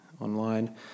online